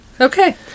Okay